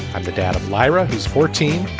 and the dad of lyra, who's fourteen.